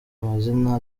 amazina